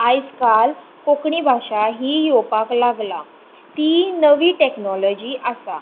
आयजकाल कोंकणी भाशा हीय येवपाक लागला ती नवी टॅक्नॉलॉजी आसा